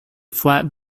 flat